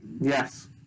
Yes